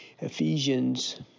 Ephesians